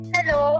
Hello